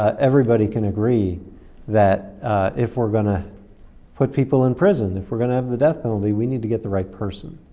everybody can agree that if we're going to put people in prison if we're going to have the death penalty we need to get the right person.